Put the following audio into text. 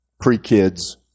pre-kids